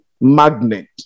magnet